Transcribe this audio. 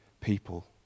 people